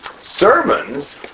sermons